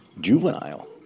juvenile